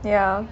ya